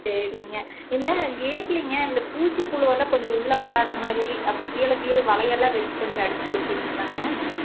சரிங்க இந்த கேட்லேங்க இந்த பூச்சி புழுவெல்லாம் கொஞ்சம் உள்ளே வராதமாதிரி அப்படி கீழே கீது வலையெல்லாம் வெச்சு கொஞ்சம் அடித்து கொடுப்பீங்களாங்க